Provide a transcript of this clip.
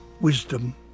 wisdom